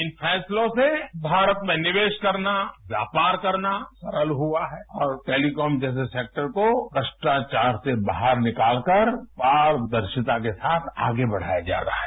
इन फैसलों से भारत में निवेश करना व्यापार करना सरल हुआ है और टेलिकॉम जैसे सेक्टर को भ्रष्टाचार से बाहर निकाल कर पारदर्शिता के साथ आगे बढ़ाया जा रहा है